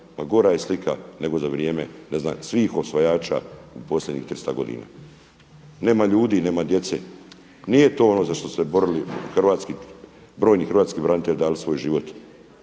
pa gora je slika nego za vrijeme svih osvajača u posljednjih 300 godina. Nema ljudi, nema djece. Nije to ono za što su se borili brojni hrvatski branitelji i dali svoj život.